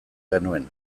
genuen